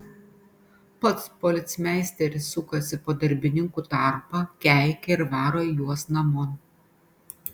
pats policmeisteris sukasi po darbininkų tarpą keikia ir varo juos namon